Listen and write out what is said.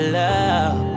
love